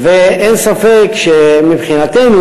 אין ספק שמבחינתנו,